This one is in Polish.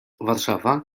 warszawa